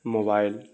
mobile